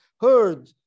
heard